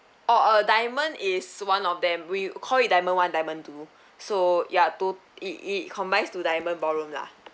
orh uh diamond is one of them we call it diamond one diamond two so ya to~ it it combines to diamond ballroom lah